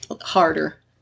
harder